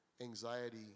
anxiety